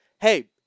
hey